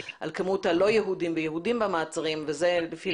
על מספר הלא יהודים ויהודים במעצרים וזה לפי